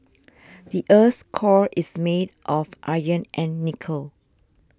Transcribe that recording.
the earth's core is made of iron and nickel